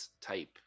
type